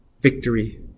Victory